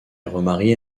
remariée